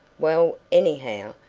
well, anyhow,